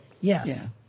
yes